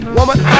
Woman